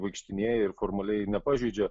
vaikštinėja ir formaliai nepažeidžia